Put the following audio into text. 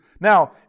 Now